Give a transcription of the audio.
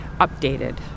updated